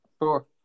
Sure